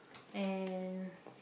and